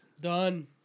Done